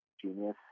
genius